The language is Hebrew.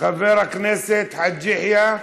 חבר הכנסת אייכלר,